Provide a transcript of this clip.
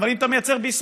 אבל אם אתה מייצר בישראל,